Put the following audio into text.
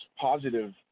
positive